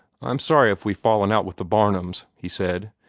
i'm sorry if we've fallen out with the barnums, he said.